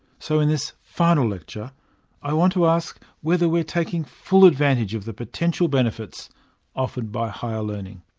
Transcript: so in this final lecture i want to ask whether we are taking full advantage of the potential benefits offered by higher learning.